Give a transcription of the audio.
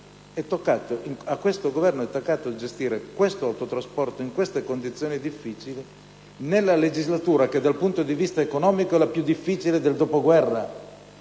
A questo Governo è toccato gestire questo settore dell'autotrasporto in queste condizioni difficili, in una legislatura che, dal punto di vista economico, è la più difficile del dopoguerra.